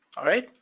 alright?